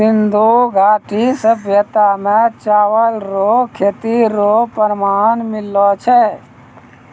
सिन्धु घाटी सभ्यता मे चावल रो खेती रो प्रमाण मिललो छै